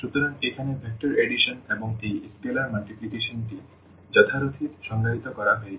সুতরাং এখানে vector addition এবং এই স্কেলার মাল্টিপ্লিকেশনটি যথারীতি সংজ্ঞায়িত করা হয়েছে